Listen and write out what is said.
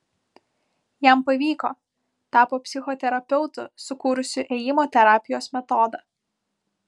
jam pavyko tapo psichoterapeutu sukūrusiu ėjimo terapijos metodą